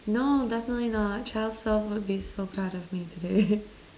no definitely not child self would be so proud of me today